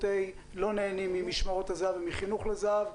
ה' לא נהנים ממשמרות הזה"ב ומחינוך לזה"ב,